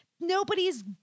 nobody's